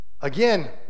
Again